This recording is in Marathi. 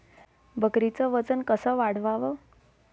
बकरीचं वजन कस वाढवाव?